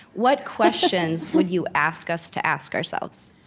what questions would you ask us to ask ourselves?